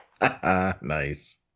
Nice